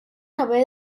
haver